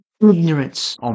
ignorance